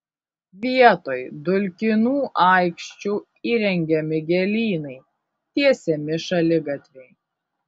vietoj dulkinų aikščių įrengiami gėlynai tiesiami šaligatviai